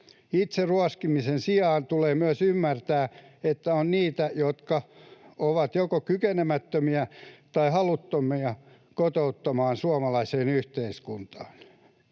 Itseruoskimisen sijaan tulee myös ymmärtää, että on niitä, jotka ovat joko kykenemättömiä tai haluttomia kotoutumaan suomalaiseen yhteiskuntaan.